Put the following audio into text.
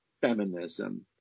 feminism